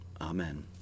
Amen